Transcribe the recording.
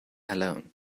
alone